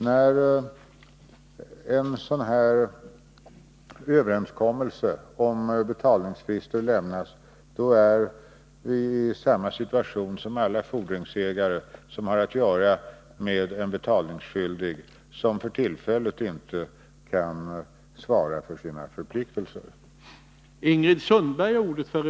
När en sådan här överenskommelse om betalningsfrister träffas, är vi i samma situation som alla fordringsägare, vilka har att göra med en betalningsskyldig, som för tillfället inte kan svara för sina förpliktelser.